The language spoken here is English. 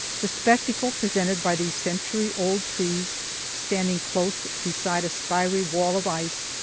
the spectacle presented by these century-old trees standing close beside a spiry wall of ice,